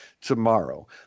tomorrow